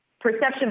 perception